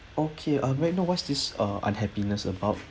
okay uh may I know what's this uh unhappiness about